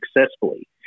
successfully